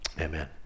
Amen